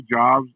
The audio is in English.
jobs